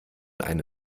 eine